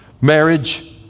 marriage